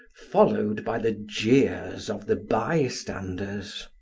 followed by the jeers of the bystanders.